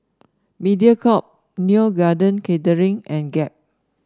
Mediacorp Neo Garden Catering and Gap